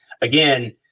again